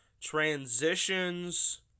transitions